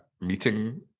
meeting